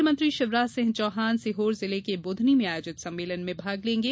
मुख्यमंत्री शिवराज सिंह चौहान सीहोर जिले के बुधनी में आयोजित सम्मेलन में भाग लेंगे